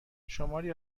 شماری